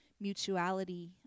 mutuality